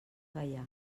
gaià